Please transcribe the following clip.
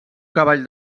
cavall